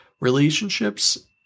Relationships